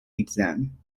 exam